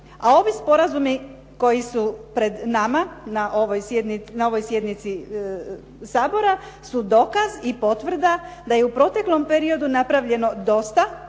A ovi sporazumi koji su pred nama, na ovoj sjednici Sabora, su dokaz i potvrda da je u proteklom periodu napravljeno dosta na